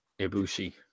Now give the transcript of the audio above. Ibushi